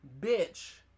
bitch